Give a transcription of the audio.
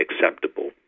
acceptable